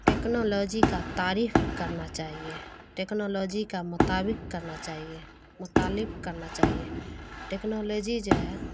technology کا تعریف کرنا چاہیے ٹیکنالوجی کا مطابق کرنا چاہیے متعلق کرنا چاہیے ٹیکنالوجی جو ہے